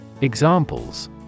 Examples